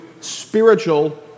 spiritual